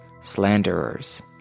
slanderers